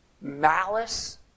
malice